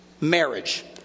Marriage